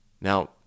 Now